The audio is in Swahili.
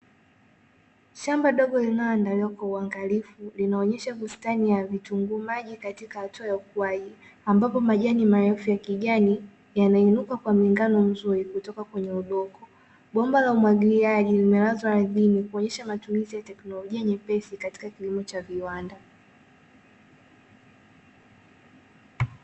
Shamba dogo linalolimwa kwa uangalifu linaonyesha bustani ya vitunguu maji katika hatua ya uhai, ambapo majani marefu ya kijani yanainuka kwa muungano mzuri kutoka kwenye eneo hilo, bomba la umwagiliaji limelazwa ardhini kuonyesha matumizi ya teknolojia nyepesi katika kilimo cha viwanda.